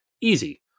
easy